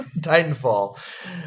Titanfall